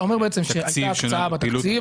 אתה אומר שהייתה הקצאה בתקציב,